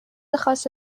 خاص